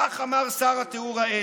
כך אמר שר הטיהור האתני.